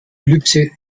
ellipse